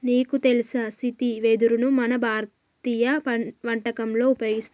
నీకు తెలుసా సీతి వెదరును మన భారతీయ వంటకంలో ఉపయోగిస్తారు